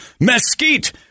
mesquite